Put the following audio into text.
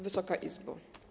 Wysoka Izbo!